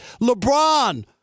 LeBron